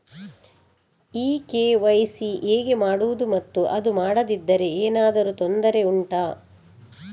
ಈ ಕೆ.ವೈ.ಸಿ ಹೇಗೆ ಮಾಡುವುದು ಮತ್ತು ಅದು ಮಾಡದಿದ್ದರೆ ಏನಾದರೂ ತೊಂದರೆ ಉಂಟಾ